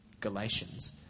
Galatians